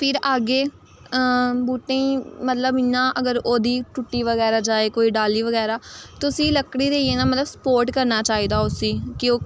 फिर अग्गे बहूटें गी मतलब इ'यां अगर ओह्दी टुट्टी बगैरा जाए कोई डाह्ली बगैरा ते उसी लकड़ी देइयै ना मतलब सपोर्ट करना चाहिदा उस्सी के ओह्